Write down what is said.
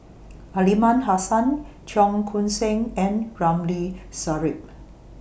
Aliman Hassan Cheong Koon Seng and Ramli Sarip